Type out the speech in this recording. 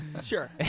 Sure